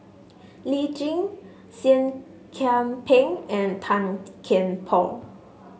Lee Tjin Seah Kian Peng and Tan Kian Por